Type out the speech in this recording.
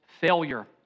failure